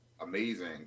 amazing